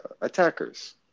attackers